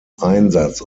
einsatz